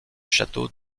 château